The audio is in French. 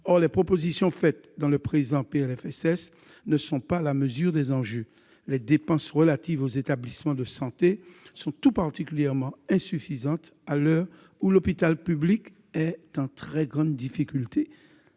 Or les mesures contenues dans le présent PLFSS ne sont pas à la mesure des enjeux. Les dépenses en faveur des établissements de santé sont tout particulièrement insuffisantes, à l'heure où l'hôpital public est en très grande difficulté.